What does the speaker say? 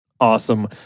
Awesome